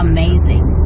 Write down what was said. Amazing